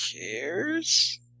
cares